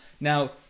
now